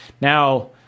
Now